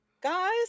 guys